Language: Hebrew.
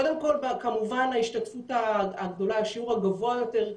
קודם כל כמובן השיעור הגבוה יותר,